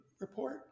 report